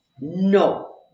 No